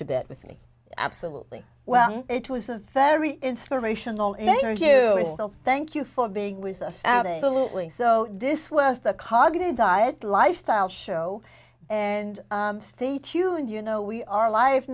to bed with me absolutely well it was a very inspirational interview thank you for being with us so this was the cognitive diet lifestyle show and state you and you know we are life